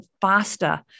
faster